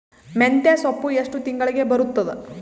ಮೆಂತ್ಯ ಸೊಪ್ಪು ಎಷ್ಟು ತಿಂಗಳಿಗೆ ಬರುತ್ತದ?